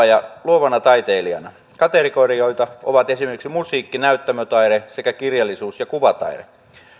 ja luovana taitelijana kategorioita ovat esimerkiksi musiikki näyttämötaide sekä kirjallisuus ja kuvataide